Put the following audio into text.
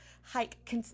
hike